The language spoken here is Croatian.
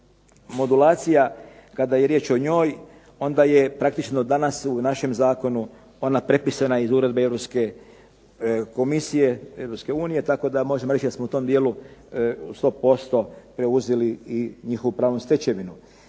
Modulacija, kada je riječ o njoj onda je praktično danas u našem zakonu ona prepisana iz uredbe EU tako da možemo reći da smo u tom dijelu 100% preuzeli i njihovu pravnu stečevinu.